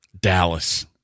Dallas